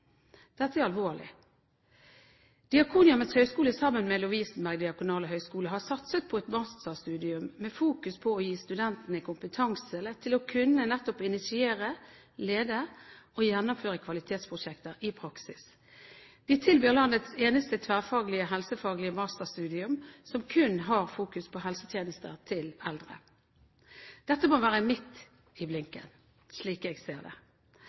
Dette er alvorlig. Diakonhjemmets høgskole sammen med Lovisenberg diakonale høgskole har satset på et masterstudium med fokus på å gi studentene kompetanse til å kunne nettopp initiere, lede og gjennomføre kvalitetsprosjekter i praksis. De tilbyr landets eneste tverrfaglige, helsefaglige masterstudium, som kun fokuserer på helsetjenester til eldre. Dette må være midt i blinken, slik jeg ser det.